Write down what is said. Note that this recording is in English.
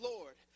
Lord